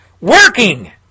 Working